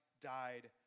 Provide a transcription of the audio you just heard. died